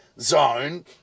zone